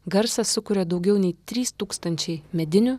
garsą sukuria daugiau nei trys tūkstančiai medinių